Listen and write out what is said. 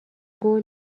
قول